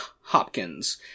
Hopkins